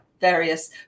various